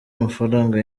amafaranga